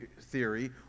theory